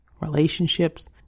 relationships